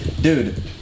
dude